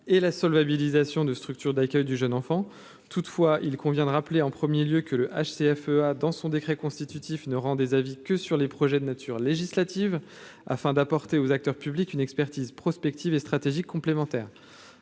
et la solvabilisation de structures d'accueil du jeune enfant, toutefois, il convient de rappeler en 1er lieu que le CFE-a dans son décret constitutif ne rend des avis que sur les projets de nature législative afin d'apporter aux acteurs publics une expertise prospectives et stratégiques complémentaires